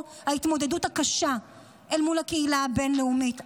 ההתמודדות הקשה אל מול הקהילה הבין-לאומית.